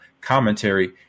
commentary